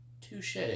Touche